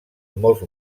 molt